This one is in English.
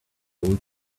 old